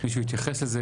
מישהו התייחס לזה?